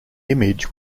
image